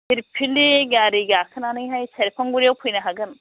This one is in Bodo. फिरफिलि गारि गाखोनानैहाय सेरफांगुरिआव फैनो हागोन